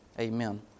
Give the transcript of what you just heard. Amen